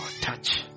Touch